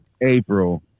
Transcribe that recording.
April